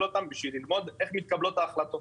אותם על מנת ללמוד איך מתקבלות ההחלטות?